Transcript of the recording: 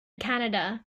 canada